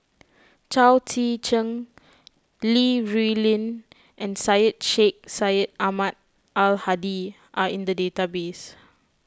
Chao Tzee Cheng Li Rulin and Syed Sheikh Syed Ahmad Al Hadi are in the database